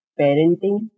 Parenting